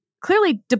clearly